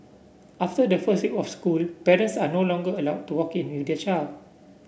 after the first week of school parents are no longer allowed to walk in with their child